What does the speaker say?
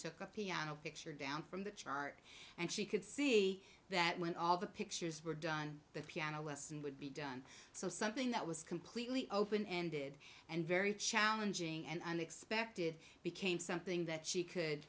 took a piano picture down from the chart and she could see that when all the pictures were done the piano lesson would be done so something that was completely open ended and very challenging and unexpected became something that she could